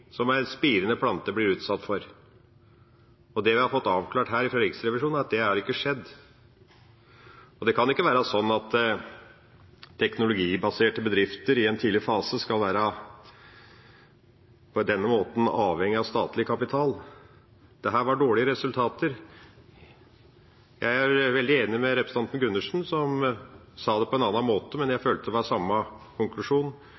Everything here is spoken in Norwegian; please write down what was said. som en spirende plante blir utsatt for. Det vi har fått avklart her fra Riksrevisjonen, er at det har ikke skjedd. Det kan ikke være sånn at teknologibaserte bedrifter i en tidlig fase på denne måten skal være avhengig av statlig kapital. Dette var dårlige resultater. Jeg er veldig enig med representanten Gundersen som sa det på en annen måte, men jeg følte det var samme konklusjon.